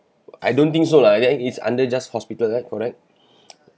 I don't think so lah then it's under just hospital right correct